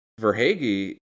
Verhage